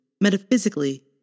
Metaphysically